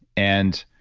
and